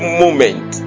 moment